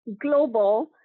global